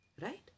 right